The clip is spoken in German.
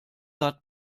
hat